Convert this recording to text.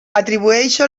atribueixo